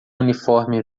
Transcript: uniforme